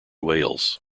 wales